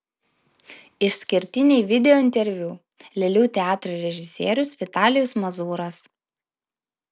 išskirtiniai videointerviu lėlių teatro režisierius vitalijus mazūras